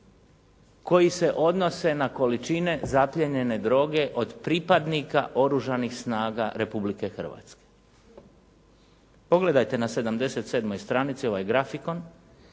koji se odnose na količine zaplijenjene droge od pripadnika Oružanih snaga Republike Hrvatske. Pogledajte na 77. stranici ovaj grafikon